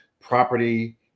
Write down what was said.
property